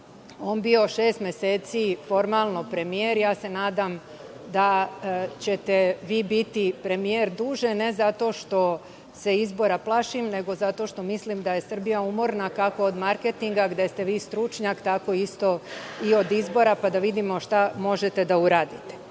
on bio šest meseci formalno premijer. Ja se nadam da ćete vi biti premijer duže, ne zato što se izbora plašim, nego zato što mislim da je Srbija umorna kako od marketinga gde ste vi stručnjak, tako isto i od izbora, pa da vidimo šta možete da uradite. Odmah